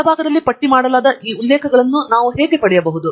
ಮತ್ತು ಕೆಳಭಾಗದಲ್ಲಿ ಪಟ್ಟಿ ಮಾಡಲಾದ ಈ ಉಲ್ಲೇಖಗಳನ್ನು ಈಗ ನಾವು ಹೇಗೆ ಪಡೆಯಬಹುದು